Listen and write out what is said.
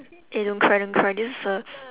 eh don't cry don't cry this is a